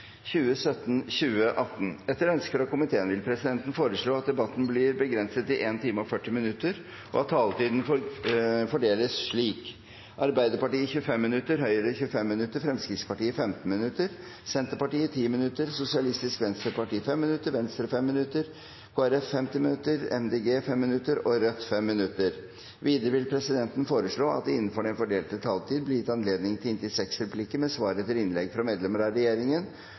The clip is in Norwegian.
40 minutter, og at taletiden fordeles slik: Arbeiderpartiet 25 minutter, Høyre 25 minutter, Fremskrittspartiet 15 minutter, Senterpartiet 10 minutter, Sosialistisk Venstreparti 5 minutter, Venstre 5 minutter, Kristelig Folkeparti 5 minutter, Miljøpartiet De Grønne 5 minutter og Rødt 5 minutter. Videre vil presidenten foreslå at det – innenfor den fordelte taletid – blir gitt anledning til replikkordskifte på inntil seks replikker med svar etter innlegg fra medlemmer av regjeringen